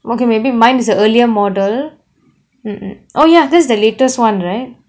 okay maybe mine is the earlier model mm mm oh ya that's the latest [one] right